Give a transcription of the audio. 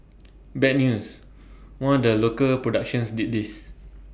bad news one of the local productions did this